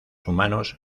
humanos